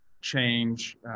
change